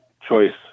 choice